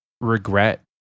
regret